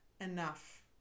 enough